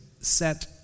set